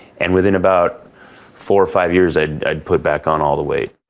and within about four or five years i had put back on all the weight.